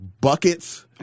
buckets